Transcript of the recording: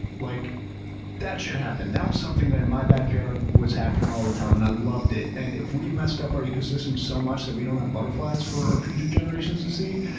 like that should happen. that was something that in my backyard was happening all the time and i loved it. and if we've messed up our ecosystem so much that we don't have butterflies for our future generations to see,